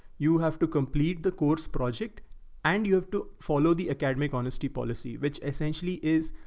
you have to complete the course project and you have to follow the academy honesty policy, which essentially is,